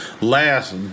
last